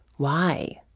why?